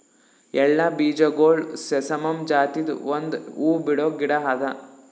ಎಳ್ಳ ಬೀಜಗೊಳ್ ಸೆಸಾಮಮ್ ಜಾತಿದು ಒಂದ್ ಹೂವು ಬಿಡೋ ಗಿಡ ಅದಾ